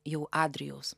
jau adrijaus